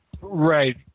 Right